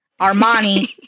Armani